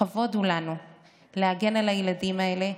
לכבוד הוא לנו להגן על הילדים האלה,